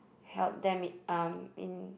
help them um in